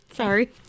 Sorry